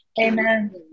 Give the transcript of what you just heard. Amen